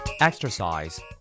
Exercise